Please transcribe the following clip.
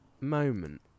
moment